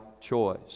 choice